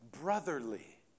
Brotherly